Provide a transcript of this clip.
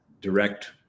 direct